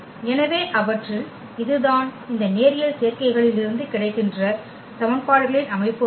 எனவே அவற்றில் இதுதான் இந்த நேரியல் சேர்க்கைகளிலிருந்து கிடைக்கின்ற சமன்பாடுகளின் அமைப்பு ஆகும்